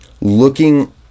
looking